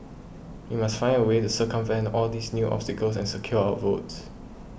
we must find a way to circumvent all these new obstacles and secure our votes